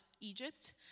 Egypt